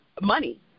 money